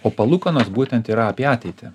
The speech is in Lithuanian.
o palūkanos būtent yra apie ateitį